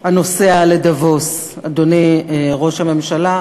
הנוסע לדבוס, אדוני ראש הממשלה: